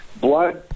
Blood